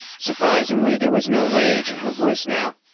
surprisingly, there was no rage in her voice now.